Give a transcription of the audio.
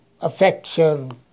affection